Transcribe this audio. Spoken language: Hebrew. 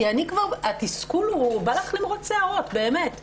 כי התסכול הוא שבא לך למרוט שיערות באמת.